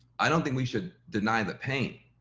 i don't think we should deny the pain